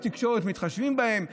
בתקשורת מתחשבים בהם,